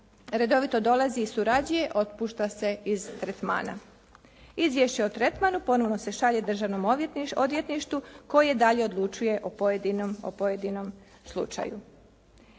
redovito dolazi i surađuje otpušta se iz tretmana. Izvješće o tretmanu ponovno se šalje državnom odvjetništvu koje dalje odlučuje o pojedinom slučaju.